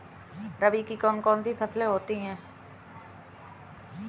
रबी की कौन कौन सी फसलें होती हैं?